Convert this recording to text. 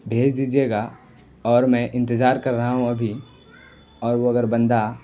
بھیج دیجیے گا اور میں انتظار کر رہا ہوں ابھی اور وہ اگر بندہ